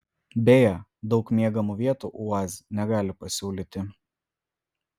beje daug miegamų vietų uaz negali pasiūlyti